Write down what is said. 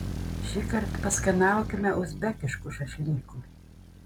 šįkart paskanaukime uzbekiškų šašlykų